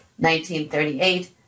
1938